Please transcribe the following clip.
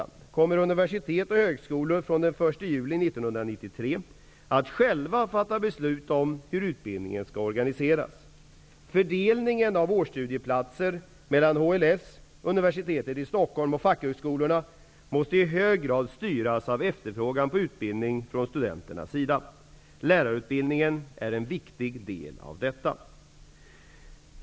1993 att själva fatta beslut om hur utbildningen skall organiseras. Fördelningen av årsstudieplatser mellan HLS, Universitetet i Stockholm och fackhögskolorna måste i hög grad styras av efterfrågan på utbildning från studenternas sida. Lärarutbildningen är en viktig del av detta.